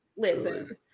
Listen